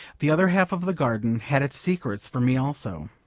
the other half of the garden had its secrets for me also.